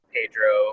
Pedro